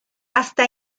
hasta